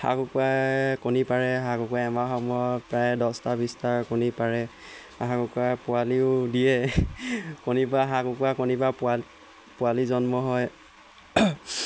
হাঁহ কুকুৰাই কণী পাৰে হাঁহ কুকুৰাই এমাহৰ মূৰত প্ৰায় দহটা বিছটা কণী পাৰে হাঁহ কুকুৰাই পোৱালিও দিয়ে কণীৰপৰা হাঁহ কুকুৰাৰ কণীৰপৰা পোৱালি জন্ম হয়